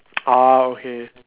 orh okay